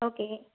okay